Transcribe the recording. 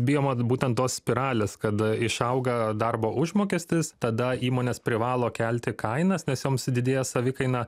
bijom vat būtent tos spiralės kada išauga darbo užmokestis tada įmonės privalo kelti kainas nes joms didėja savikaina